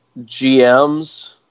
GMs